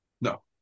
No